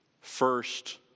first